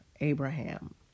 Abraham